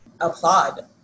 applaud